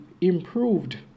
improved